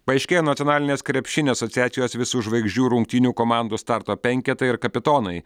paaiškėjo nacionalinės krepšinio asociacijos visų žvaigždžių rungtynių komandų starto penketai ir kapitonai